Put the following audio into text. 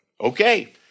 Okay